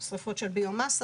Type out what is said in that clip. שריפות של ביו מסה